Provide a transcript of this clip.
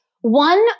one